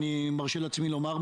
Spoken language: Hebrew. אני מרשה לעצמי לומר,